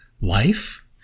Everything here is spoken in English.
Life